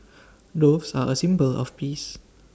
doves are A symbol of peace